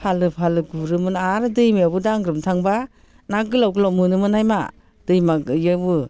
फालो फालो गुरोमोन आरो दैमायावबो दांग्रोमनो थांबा ना गोलाव गोलाव मोनोमोनहाय मा दैमायावबो